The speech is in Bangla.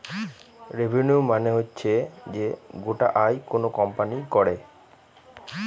রেভিনিউ মানে হচ্ছে যে গোটা আয় কোনো কোম্পানি করে